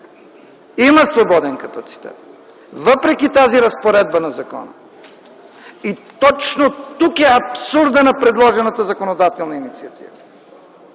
има свободен капацитет, въпреки тази разпоредба на закона. И точно тук е абсурдът на предложената законодателна инициатива.